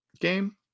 game